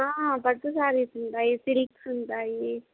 పట్టు శారీస్ ఉంటాయి సిల్క్స్ ఉంటాయి